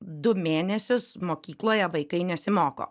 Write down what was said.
du mėnesius mokykloje vaikai nesimoko